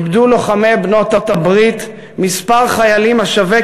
איבדו לוחמי בעלות-הברית מספר חיילים השווה